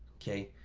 okay?